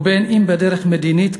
ובין אם בדרך מדינית,